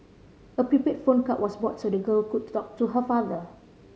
a prepaid phone card was bought so the girl could talk to her father